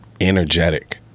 energetic